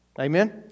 Amen